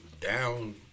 down